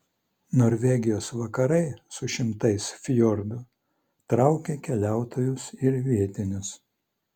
norvegijos vakarai su šimtais fjordų traukia keliautojus ir vietinius